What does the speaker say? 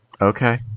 Okay